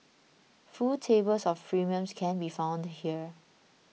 full tables of premiums can be found here